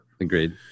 Agreed